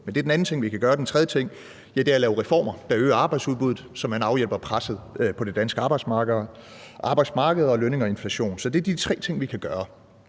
den anden ting, vi kan gøre. Den tredje ting er at lave reformer, der øger arbejdsudbuddet, så man afhjælper presset på det danske arbejdsmarked og på lønninger i forhold til inflationen. Så det er de tre ting, vi kan gøre.